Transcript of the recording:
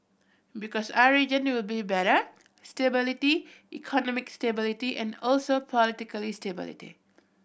because our region will be better stability economic stability and also political stability